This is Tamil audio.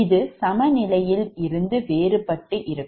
இது சமநிலையில் இருந்து வேறுபட்டு இருக்கும்